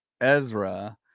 Ezra